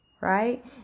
Right